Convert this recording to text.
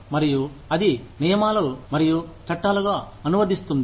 మరియు అది నియమాలు మరియు చట్టాలుగా అనువదిస్తుంది